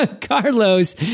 Carlos